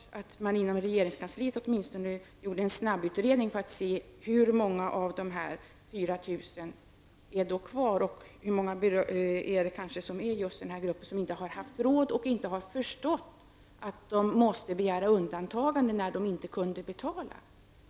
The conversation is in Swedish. Man kunde inom regeringskansliet åtminstone göra en snabbutredning för att se hur många av dessa 4 000 som finns kvar och hur många i denna grupp som inte har haft råd eller inte förstått att de måste begära undantagande när de inte kunde betala.